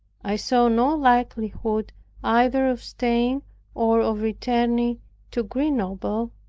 i saw no likelihood either of staying or of returning to grenoble,